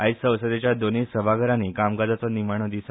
आयज संसदेच्या दोनूंय सभाघरांनी कामकाजाचो निमाणो दिस